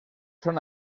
son